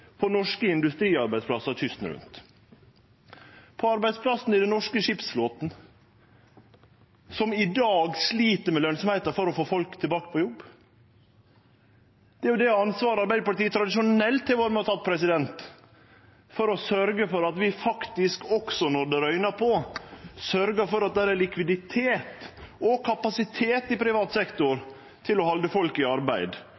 på norske industriarbeidsplassar kysten rundt. Når det gjeld arbeidsplassane i den norske skipsflåten, som i dag slit med lønnsemda for å få folk tilbake på jobb, har Arbeiderpartiet tradisjonelt vore med og teke ansvar for at vi, også når det røyner på, sørgjer for at det er likviditet og kapasitet i privat sektor til å halde folk i arbeid,